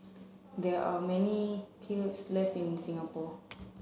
there are many kilns left in Singapore